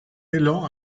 élan